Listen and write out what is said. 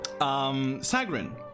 Sagrin